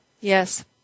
Yes